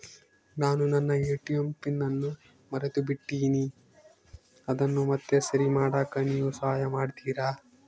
ನಾನು ನನ್ನ ATM pin ಅನ್ನು ಮರೆತುಬಿಟ್ಟೇನಿ ಅದನ್ನು ಮತ್ತೆ ಸರಿ ಮಾಡಾಕ ನೇವು ಸಹಾಯ ಮಾಡ್ತಿರಾ?